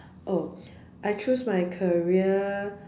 oh I choose my career